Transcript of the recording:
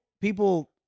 people